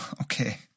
okay